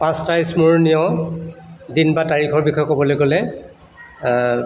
পাঁচটা স্মৰণীয় দিন বা তাৰিখৰ বিষয়ে ক'বলৈ গ'লে